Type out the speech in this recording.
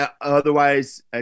Otherwise